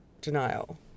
denial